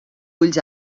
ulls